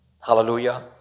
hallelujah